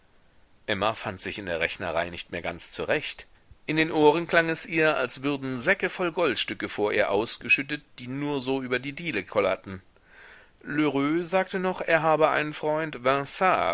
emma fand sich in der rechnerei nicht mehr ganz zurecht in den ohren klang es ihr als würden säcke voll goldstücke vor ihr ausgeschüttet die nur so über die diele kollerten lheureux sagte noch er habe einen freund